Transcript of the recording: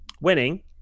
winning